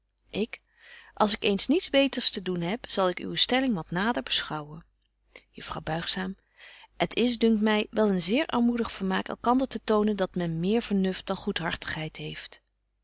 ik als ik eens niets beter te doen heb zal ik uwe stelling wat nader beschouwen juffrouw buigzaam het is dunkt my wel een zeer armoedig vermaak elkander te tonen dat men meer vernuft dan goedhartigheid heeft